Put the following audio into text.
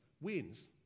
wins